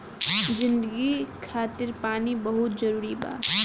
जिंदगी खातिर पानी बहुत जरूरी बा